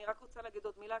אני רק רוצה להגיד עוד מילה.